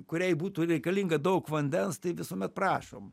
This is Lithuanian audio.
kuriai būtų reikalinga daug vandens tai visuomet prašom